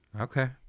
Okay